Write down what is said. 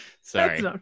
sorry